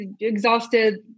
exhausted